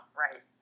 right